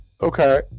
okay